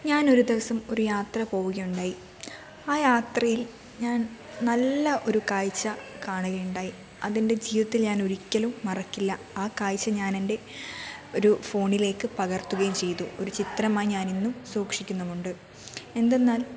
ഞാനൊരു ദിവസം ഒരു യാത്ര പോവുകയുണ്ടായി ആ യാത്രയിൽ ഞാൻ നല്ല ഒരു കാഴ്ച കാണുകയുണ്ടായി അതെൻ്റെ ജീവിതത്തിൽ ഞാൻ ഒരിക്കലും മറക്കില്ല ആ കാഴ്ച ഞാനെൻ്റെ ഒരു ഫോണിലേക്കു പകർത്തുകയും ചെയ്തു ഒരു ചിത്രമായി ഞാനിന്നും സൂക്ഷിക്കുന്നുമുണ്ട് എന്തെന്നാൽ